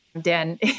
Dan